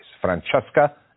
Francesca